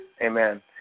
amen